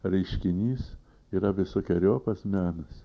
reiškinys yra visokeriopas menas